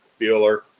Bueller